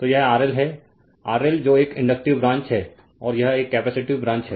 तो यह RL है RL जो एक इंडक्टिव ब्रांच है और यह एक कैपेसिटिव ब्रांच है